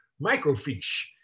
microfiche